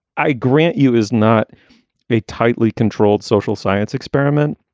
i grant you, is not a tightly controlled social science experiment,